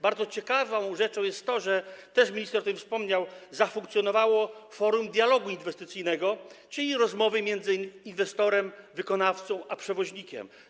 Bardzo ciekawą rzeczą jest to - minister też o tym wspomniał - że zafunkcjonowało forum dialogu inwestycyjnego, czyli rozmowy między inwestorem, wykonawcą i przewoźnikiem.